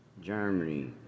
Germany